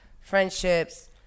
Friendships